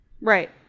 Right